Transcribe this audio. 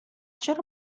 چرا